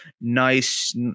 nice